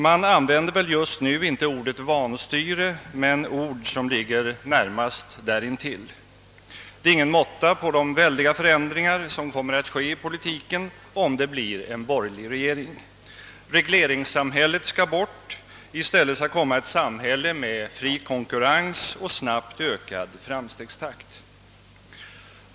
Man använder väl just nu inte ordet vanstyre men ord som ligger närmast därintill. Det är ingen måtta på de väldiga förändringar som kommer att ske i politiken om det blir en borgerlig regering. Regleringssamhället skall bort — i stället skall komma ett samhälle med fri konkurrens och snabbt ökande framstegstakt.